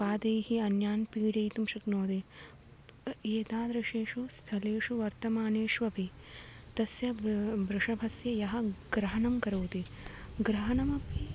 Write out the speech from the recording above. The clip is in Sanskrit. पादैः अन्यान् पीडयितुं शक्नोति एतादृशेषु स्थलेषु वर्तमानेषु अपि तस्य वृ वृषभस्य यः ग्रहणं करोति ग्रहणमपि